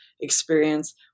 experience